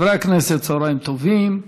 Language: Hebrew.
חברי הכנסת, צוהריים טובים,